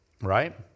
Right